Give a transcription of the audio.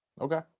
Okay